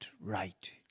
right